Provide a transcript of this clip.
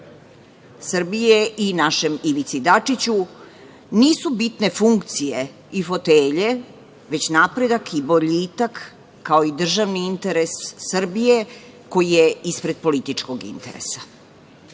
SPS i našem Ivici Dačiću nisu bitne funkcije i fotelje, već napredak i boljitak, kao i državni interes Srbije koji je ispred političkog interesa.